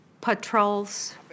patrols